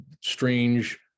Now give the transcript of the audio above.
strange